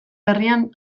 berrian